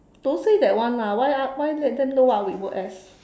don't say that one lah why why let them know what we work as